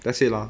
that's it lah